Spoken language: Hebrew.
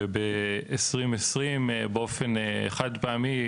וב-2020 באפן חד-פעמי,